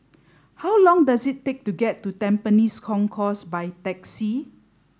how long does it take to get to Tampines Concourse by taxi